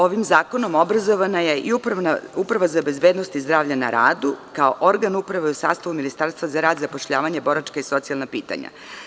Ovim zakonom obrazovana je i Uprava za bezbednost i zdravlje na radu, kao organ uprave u sastavu Ministarstva za rad, zapošljavanje, boračka i socijalna pitanja.